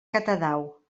catadau